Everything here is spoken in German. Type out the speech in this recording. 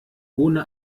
ohne